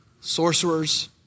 Sorcerers